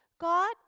God